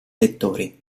lettori